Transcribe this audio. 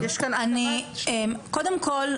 קודם כל,